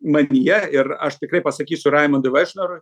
manyje ir aš tikrai pasakysiu raimundui vaišnorui